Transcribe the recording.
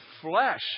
flesh